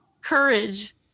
courage